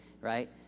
right